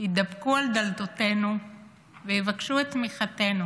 יידפקו על דלתותינו ויבקשו את תמיכתנו?